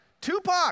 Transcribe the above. Tupac